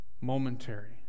Momentary